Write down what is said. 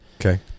Okay